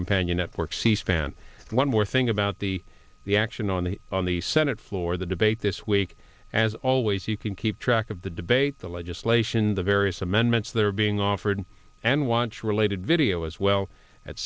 companion network c span one more thing about the the action on the on the senate floor the debate this week as always you can keep track of the debate the legislation the various amendments that are being offered and watch related video as well at